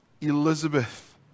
Elizabeth